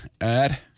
add